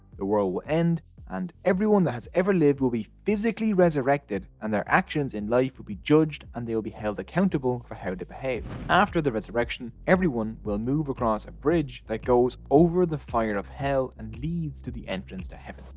the world will end and everyone that has ever lived will be resurrected and their actions in life will be judged and they will be held accountable for how they behaved. after the resurrection everyone will move across a bridge that goes over the fire of hell and leads to the entrance to heaven.